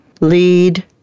Lead